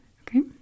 Okay